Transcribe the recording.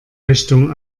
richtung